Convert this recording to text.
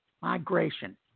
Migration